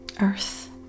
Earth